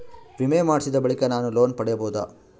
ವಿಮೆ ಮಾಡಿಸಿದ ಬಳಿಕ ನಾನು ಲೋನ್ ಪಡೆಯಬಹುದಾ?